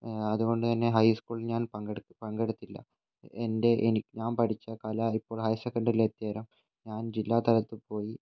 അതുകൊണ്ട് തന്നെ ഹൈ സ്കൂളിൽ ഞാൻ പങ്കെടുത്ത് പങ്കെടുത്തില്ല എൻ്റെ ഞാൻ പഠിച്ച കല ഇപ്പോൾ ഹയർ സെക്കണ്ടറി എത്തിയനേരം ഞാൻ ജില്ലാ തലത്തിൽ പോയി